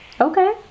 okay